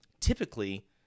Typically